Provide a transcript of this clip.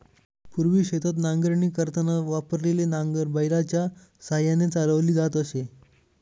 पूर्वी शेतात नांगरणी करताना वापरलेले नांगर बैलाच्या साहाय्याने चालवली जात असे